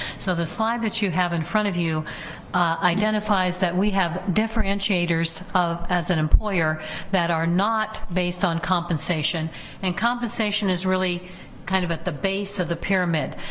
so the slide that you have in front of you identifies that we have differentiators differentiators as an employer that are not based on compensation and compensation is really kind of at the base of the pyramid.